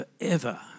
forever